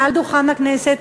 מעל דוכן הכנסת,